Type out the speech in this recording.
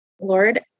Lord